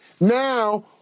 now